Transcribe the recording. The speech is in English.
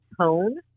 tone